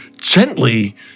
Gently